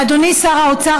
ואדוני שר האוצר,